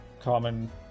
common